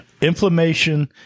Inflammation